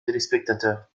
téléspectateurs